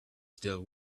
still